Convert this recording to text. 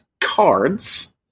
cards